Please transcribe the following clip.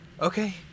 Okay